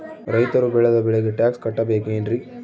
ರೈತರು ಬೆಳೆದ ಬೆಳೆಗೆ ಟ್ಯಾಕ್ಸ್ ಕಟ್ಟಬೇಕೆನ್ರಿ?